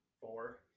Four